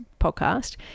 podcast